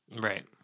Right